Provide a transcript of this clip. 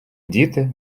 діти